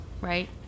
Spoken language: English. right